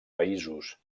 països